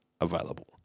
available